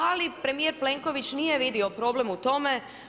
Ali premijer Plenković nije vidio problem u tome.